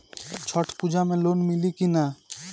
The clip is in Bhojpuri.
छठ पूजा मे लोन मिली की ना?